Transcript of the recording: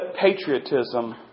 patriotism